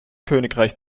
königreich